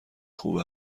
خوب